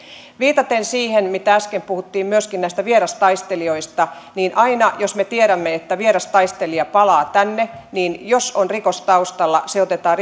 viitaten siihen mitä äsken puhuttiin myöskin näistä vierastaistelijoista aina jos me tiedämme että vierastaistelija palaa tänne ja jos on rikos taustalla se otetaan